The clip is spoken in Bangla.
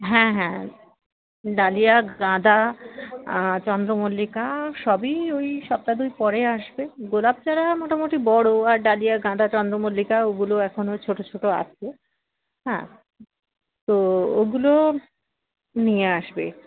হ্যাঁ হ্যাঁ ডালিয়া গাঁদা চন্দ্রমল্লিকা সবই ওই সপ্তাহ দুই পরে আসবে গোলাপ চারা মোটামোটি বড়ো আর ডালিয়া গাঁদা চন্দ্রমল্লিকা ওগুলো এখনও ছোটো ছোটো আসছে হ্যাঁ তো ওগুলো নিয়ে আসবে